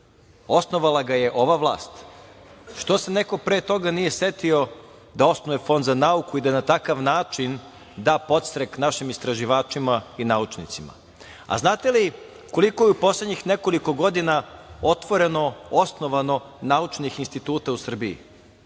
Osnovala ga je ova vlast. Što se neko pre toga nije setio da osnuje Fond za nauku i da na takav način da podstrek našim istraživačima i naučnicima? Znate li koliko je u poslednjih nekoliko godina osnovano naučnih instituta u Srbiji?